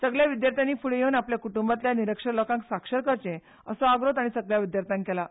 सगल्या विद्यार्थ्यांनी फुडें येवन आपल्या कुट्टंबांतल्या निरक्षर लोकांक साक्षर करचें असो आग्रो तांणी सगल्या विद्यार्थ्यांक केलां